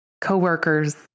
coworkers